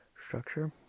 structure